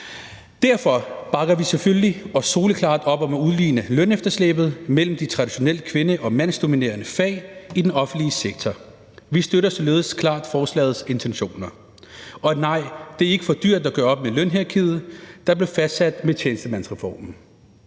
Derfor bakker vi selvfølgelig og soleklart op om at udligne lønefterslæbet mellem de traditionelt kvindedominerede og traditionelt mandsdominerede fag i den offentlige sektor. Vi støtter således klart forslagets intentioner. Og nej, det er ikke for dyrt at gøre op med lønhierarkiet, der blev fastsat med tjenestemandsreformen.